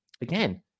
again